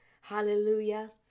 Hallelujah